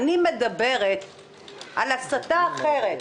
אני מדברת על הסטה אחרת,